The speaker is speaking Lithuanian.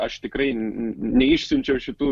aš tikrai neišsiunčiau šitų